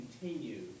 continue